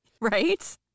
Right